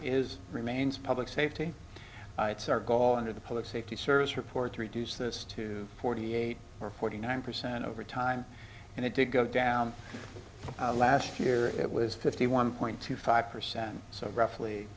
is remains public safety it's our goal under the public safety service report to reduce this to forty eight or forty nine percent over time and it did go down last year it was fifty one point two five percent so roughly